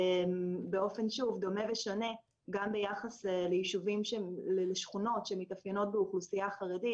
באופן שהוא דומה ושונה גם ביחס לשכונות שמתאפיינות באוכלוסייה החרדית,